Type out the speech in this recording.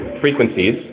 frequencies